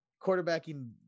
quarterbacking